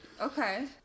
Okay